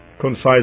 concise